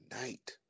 night